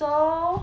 so